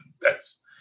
that's-